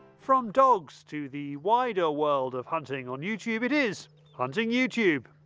from dogs to the wider world of hunting on youtube. it is hunting youtube